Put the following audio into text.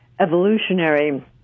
evolutionary